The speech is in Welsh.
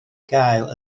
gael